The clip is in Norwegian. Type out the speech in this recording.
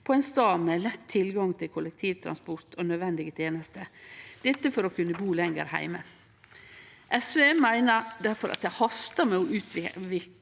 på ein stad med lett tilgang til kollektivtransport og nødvendige tenester – dette for å kunne bu lenger heime. SV meiner difor at det hastar med å utvikle